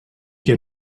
que